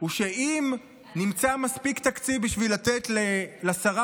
הוא שאם נמצא מספיק תקציב בשביל לתת לשרה